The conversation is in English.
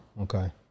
Okay